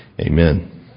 Amen